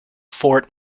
fort